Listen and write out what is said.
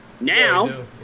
Now